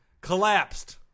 collapsed